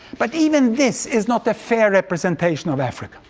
but even this is not a fair representation of africa,